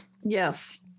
Yes